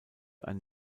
ein